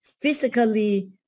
physically